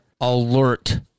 alert